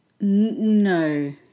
No